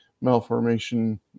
malformation